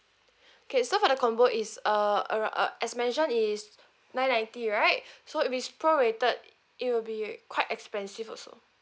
okay so for the combo is a ar~ as I mention is nine ninety right so if it's prorated it will be quite expensive also